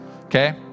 Okay